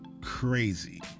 crazy